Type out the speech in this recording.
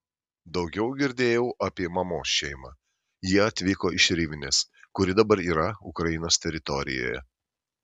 daugiau girdėjau apie mamos šeimą jie atvyko iš rivnės kuri dabar yra ukrainos teritorijoje